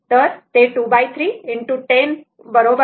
तर ते 23 ✕ 10 बरोबर